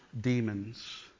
demons